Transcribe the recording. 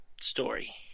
story